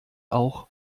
auch